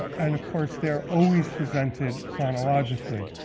and of course they are always presented chronologically.